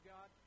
God